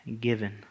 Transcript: given